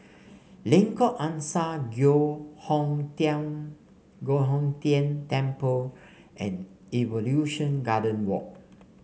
Lengkok Angsa Giok Hong Tian Giok Hong Tian Temple and Evolution Garden Walk